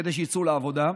כדי שיצאו לעבודה.